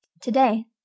Today